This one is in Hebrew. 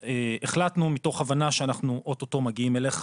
החלטנו מתוך הבנה שאנחנו אוטוטו מגיעים אליך